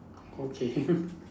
okay